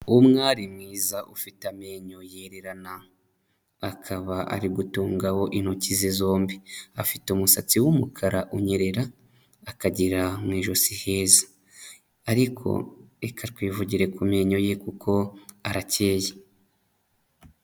Umwari mwiza, ufite amenyo yererana. Akaba ari gutungaho intoki ze zombi. Afite umusatsi w'umukara unyerera, akagira mu ijosi heza ariko reka twivugire ku menyo ye kuko arakeye.